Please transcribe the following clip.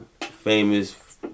famous